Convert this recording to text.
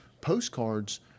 Postcards